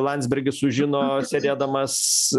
landsbergis sužino sėdėdamas